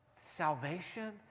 salvation